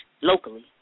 locally